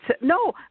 No